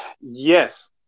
yes